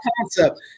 concept